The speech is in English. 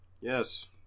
yes